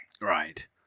Right